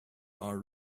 are